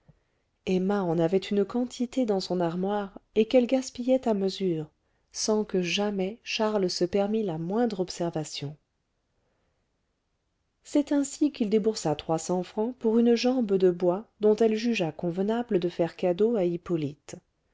emma en avait une quantité dans son armoire et qu'elle gaspillait à mesure sans que jamais charles se permît la moindre observation c'est ainsi qu'il déboursa trois cents francs pour une jambe de bois dont elle jugea convenable de faire cadeau à hippolyte